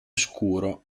scuro